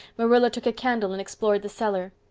marilla took a candle and explored the cellar.